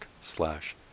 slash